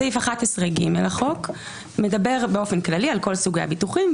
סעיף 11(ג) לחוק מדבר באופן כללי על כל סוגי הביטוחים,